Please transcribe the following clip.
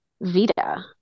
Vita